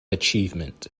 achievement